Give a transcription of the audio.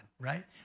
right